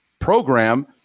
program